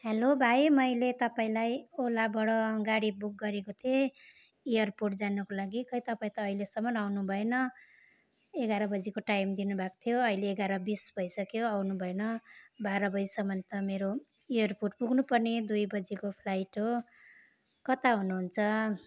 hello भाइ मैले तपाईँलाई ओलाबाट गाडी बुक गरेको थिएँ एयरपोर्ट जानुको लागि खै त अहिलेसम्म आउनुभएन एघार बजेको टाइम दिनुभएको थियो अहिले एघार बिस भइसक्यो आउनु भएन बाह्र बजेसम्म त मेरो एयरपोर्ट पुग्नुपर्ने दुई बजेको फ्लाइट हो कता हुनुहुन्छ